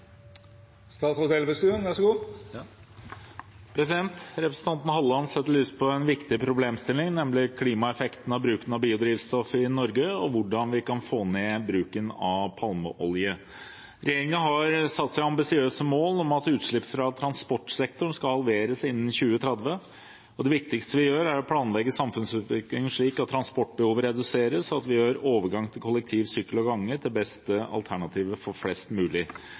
Representanten Halleland setter søkelyset på en viktig problemstilling, nemlig klimaeffekten av bruken av biodrivstoff i Norge og hvordan vi kan få ned bruken av palmeolje. Regjeringen har satt seg ambisiøse mål om at utslippene fra transportsektoren skal halveres innen 2030. Det viktigste vi gjør, er å planlegge samfunnsutviklingen slik at transportbehovet reduseres, og at vi gjør overgang til kollektiv, sykkel og gange til det beste alternativet for flest mulig.